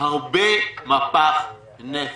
הרבה מפח נפש.